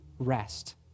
Rest